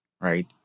right